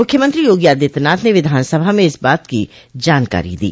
मुख्यमंत्री योगी आदित्यनाथ ने विधानसभा में इस बात की जानकारी दो